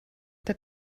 der